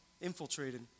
infiltrated